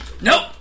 Nope